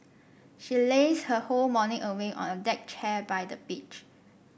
she lazed her whole morning away on a deck chair by the beach